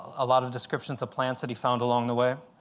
a lot of descriptions of plants that he found along the way,